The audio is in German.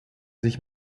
sich